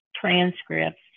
transcripts